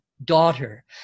Daughter